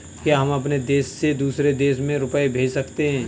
क्या हम अपने देश से दूसरे देश में रुपये भेज सकते हैं?